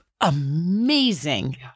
amazing